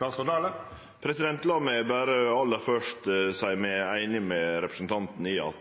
La meg berre aller først seie meg einig med representanten i at